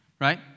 right